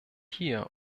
hier